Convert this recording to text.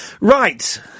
right